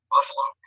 Buffalo